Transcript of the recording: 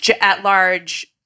at-large